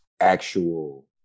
actual